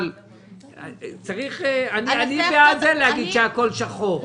אבל אי אפשר להגיד שהכול שחור.